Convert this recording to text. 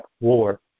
War